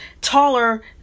taller